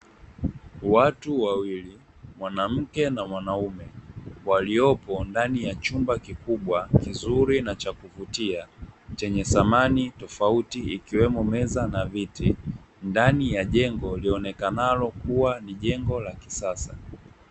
Watu wawili mwanamke na mwanaume, waliopo ndani ya chumba kikubwa kizuri na cha kuvutia chenye samani tofauti ikiwemo meza na viti, ndani ya jengo lionekanalo kuwa ni jengo la kisasa.